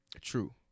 True